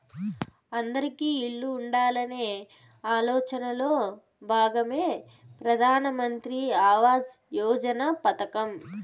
అందిరికీ ఇల్లు ఉండాలనే ఆలోచనలో భాగమే ఈ ప్రధాన్ మంత్రి ఆవాస్ యోజన పథకం